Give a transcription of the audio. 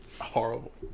horrible